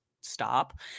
stop